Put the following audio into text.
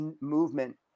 movement